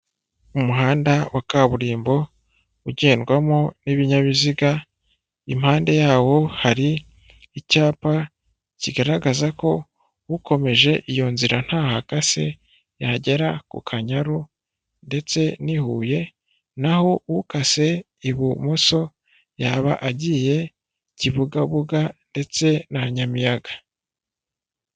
Umuhanda wa kaburimbo ugendwamo n'ibinyabiziga, impande yawo hari icyapa kigaragaza ko ukomeje iyo nzira ntaho akase yagera ku kanyaru ndetse n'i Huye naho ukase ibumoso yaba agiye Kibugabuga ndetse na Nyamiyaga.